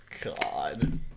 God